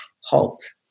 halt